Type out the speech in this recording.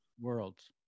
worlds